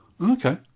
Okay